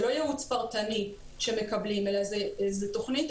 זה לא ייעוץ פרטני שמקבלים אלא זו תכנית